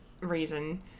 reason